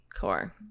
core